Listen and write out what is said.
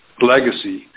legacy